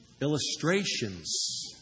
Illustrations